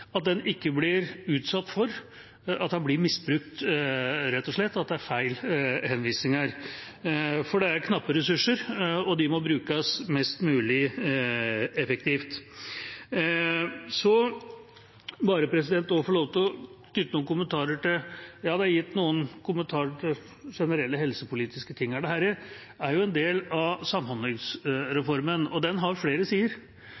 ikke blir misbrukt rett og slett, at det er feil henvisninger – for det er knappe ressurser, og de må brukes mest mulig effektivt. Så vil jeg bare få lov til å knytte noen kommentarer til generelle helsepolitiske ting, det er gitt noen kommentarer. Dette er en del av samhandlingsreformen, og den har flere sider. Nå har vi sett på henvisning til spesialist. Men det er også en